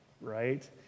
Right